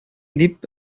дип